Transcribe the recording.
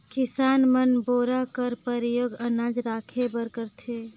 किसान मन बोरा कर परियोग अनाज राखे बर करथे